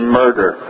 murder